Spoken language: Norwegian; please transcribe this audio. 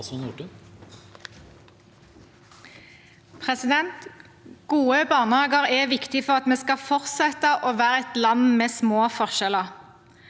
Gode bar- nehager er viktig for at vi skal fortsette å være et land med små forskjeller.